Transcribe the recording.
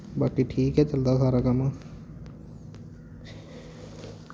बाकी ठीक गै चलदा सारा कम्म